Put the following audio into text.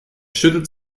schüttelt